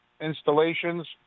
installations